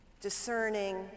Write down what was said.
discerning